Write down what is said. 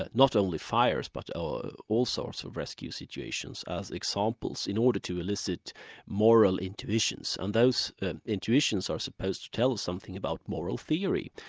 ah not only fires, but all sorts of rescue situations as examples, in order to elicit moral intuitions, and those intuitions are supposed to tell something about moral theory.